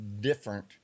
different